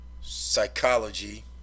psychology